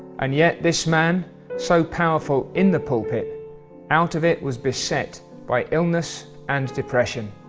and yet this man so powerful in the pulpit out of it was beset by illness and depression.